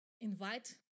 invite